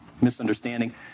misunderstanding